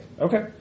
Okay